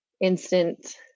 instant